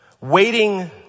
waiting